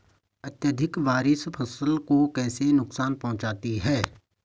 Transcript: अत्यधिक बारिश फसल को कैसे नुकसान पहुंचाती है?